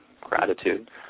gratitude